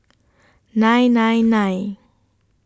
nine nine nine